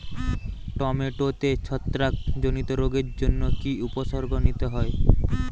টমেটোতে ছত্রাক জনিত রোগের জন্য কি উপসর্গ নিতে হয়?